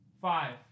Five